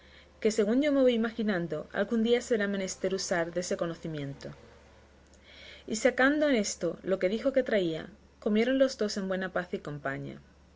que según yo me voy imaginando algún día será menester usar de ese conocimiento y sacando en esto lo que dijo que traía comieron los dos en buena paz y compaña